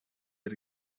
him